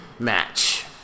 match